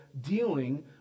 dealing